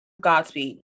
Godspeed